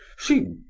she ah,